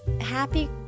Happy